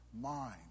mind